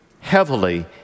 heavily